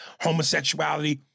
homosexuality